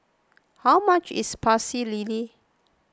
how much is Pecel Lele